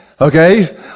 okay